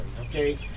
okay